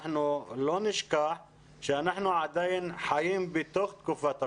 אנחנו לא נשכח שאנחנו עדיין חיים בתוך תקופת הקורונה.